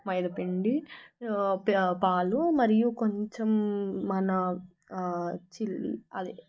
మైదాపిండి పాలు మరియు కొంచెం మన చిల్లీ అదే